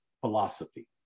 philosophy